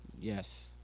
yes